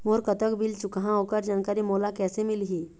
मोर कतक बिल चुकाहां ओकर जानकारी मोला कैसे मिलही?